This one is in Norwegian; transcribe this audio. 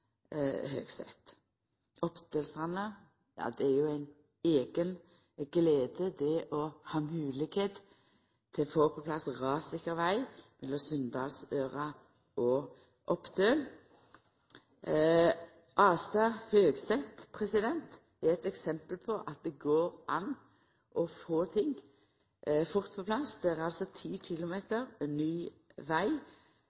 det ei eiga glede å ha moglegheit til å få på plass rassikker veg mellom Sunndalsøra og Oppdøl. Astad–Høgset er eit eksempel på at det går an å få ting fort på plass. Det er altså ti